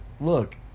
Look